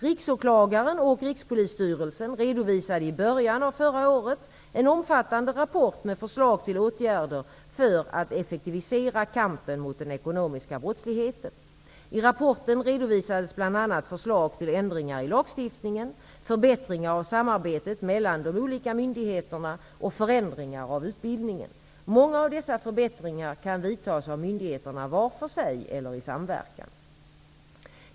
Riksåklagaren och Rikspolisstyrelsen redovisade i början av förra året en omfattande rapport med förslag till åtgärder för att effektivisera kampen mot den ekonomiska brottsligheten. I rapporten redovisades bl.a. förslag till ändringar i lagstiftningen, förbättringar av samarbetet mellan de olika myndigheterna och förändringar av utbildningen. Många av dessa förbättringar kan vidtas av myndigheterna var för sig eller i samverkan.